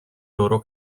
loro